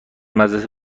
مدرسه